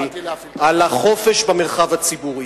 על החופש במרחב הציבורי.